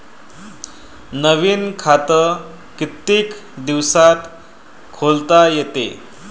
नवीन खात कितीक दिसात खोलता येते?